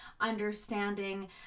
understanding